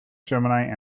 gemini